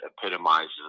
epitomizes